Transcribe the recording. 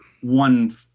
one